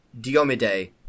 Diomede